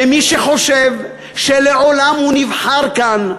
ומי שחושב שלעולם הוא נבחר כאן,